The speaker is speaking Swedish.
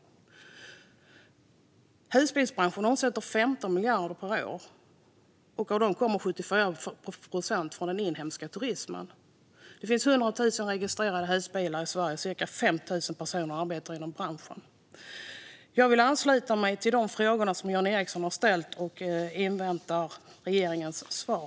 Husbilsbranschen omsätter 15 miljarder per år, och av dem kommer 74 procent från den inhemska turismen. Det finns 100? 000 registrerade husbilar i Sverige, och cirka 5 000 personer arbetar inom branschen. Jag vill ansluta mig till de frågor som Jan Ericson har ställt och inväntar regeringens svar.